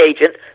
agent